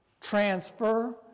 Transfer